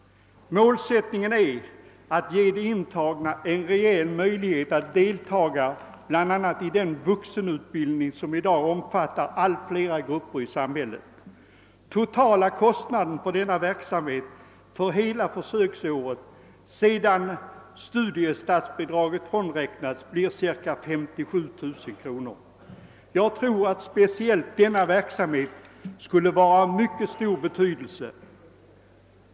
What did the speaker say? Målsättningen är att ge de intagna en reell möjlighet att delta bl.a. i den vuxenutbildning som i dag omfattar allt fler grupper i samhället. Den totala kostnaden för denna verksamhet för hela försöksåret sedan studiestatsbidraget frånräknats blir cirka 57 000 kr. Jag tror att speciellt denna verksamhet skulle vara av mycket stor betydelse.